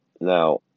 Now